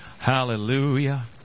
Hallelujah